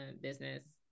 business